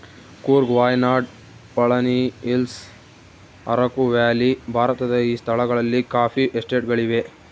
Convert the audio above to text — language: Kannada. ಕೂರ್ಗ್ ವಾಯ್ನಾಡ್ ಪಳನಿಹಿಲ್ಲ್ಸ್ ಅರಕು ವ್ಯಾಲಿ ಭಾರತದ ಈ ಸ್ಥಳಗಳಲ್ಲಿ ಕಾಫಿ ಎಸ್ಟೇಟ್ ಗಳಿವೆ